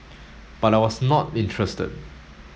but I was not interested